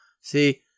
See